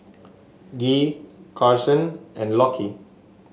Gee Karson and Lockie